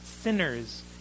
sinners